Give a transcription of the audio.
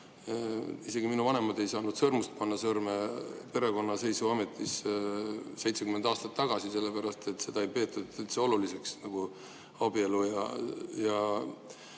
Isegi minu vanemad ei saanud sõrmust panna sõrme perekonnaseisuametis 70 aastat tagasi, sellepärast et abielu ei peetud üldse oluliseks. Ja siit tuleb